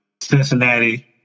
Cincinnati